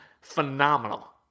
Phenomenal